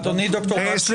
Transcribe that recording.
אדוני ד"ר בקשי --- לא.